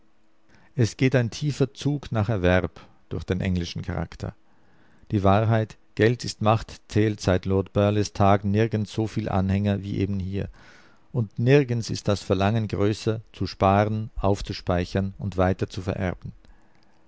es geht ein tiefer zug nach erwerb durch den englischen charakter die wahrheit geld ist macht zählt seit lord burleighs tagen nirgends so viel anhänger wie eben hier und nirgends ist das verlangen größer zu sparen aufzuspeichern und weiter zu vererben